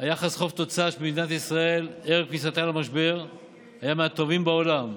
היחס חוב תוצר של מדינת ישראל ערב כניסתה למשבר היה מהטובים בעולם,